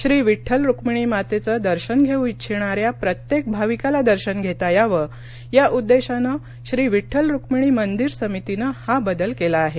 श्री विठ्ठल रूक्मिणी मातेचं दर्शन घेऊ इच्छिणाऱ्या प्रत्येक भाविकाला दर्शन घेता यावं या उद्देशानं श्री विड्ठल रूक्मिणी मंदिर समितीनं हा बदल केला आहे